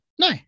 No